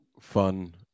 fun